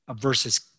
versus